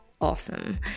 awesome